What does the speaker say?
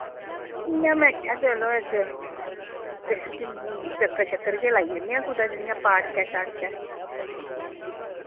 इ'य्यां मैं आखेआ चलो अज्ज किश चक्कर शक्कर गै लाई आने आं कुतै जि'यां पार्कै शार्कै